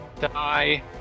die